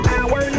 Power